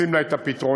מוצאים לה את הפתרונות.